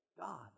God